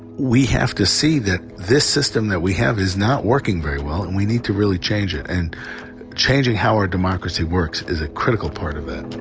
we have to see that this system that we have is not working very well and we need to really change it and changing how our democracy works is a critical part of that.